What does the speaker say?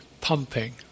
pumping